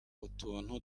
utuntu